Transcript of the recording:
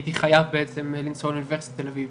הייתי חייב בעצם לנסוע לאוניברסיטת תל אביב,